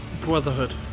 Brotherhood